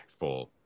impactful